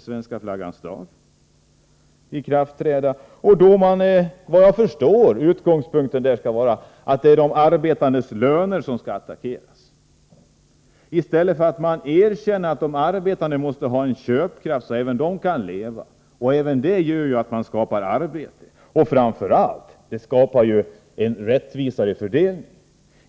Svenska flaggans dag. Efter vad jag förstår skall utgångspunkten då vara att de arbetandes löner skall attackeras. I stället borde man erkänna att de arbetande måste ha en köpkraft så att även de kan leva. Det skulle skapa arbete och framför allt en rättvisare fördelning.